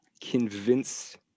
convince